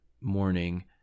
morning